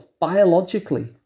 biologically